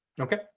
Okay